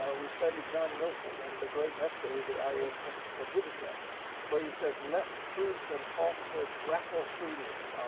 we studied john milton and the great essay, the ah yeah but areopagitica, where he says let truth and falsehood grapple freely.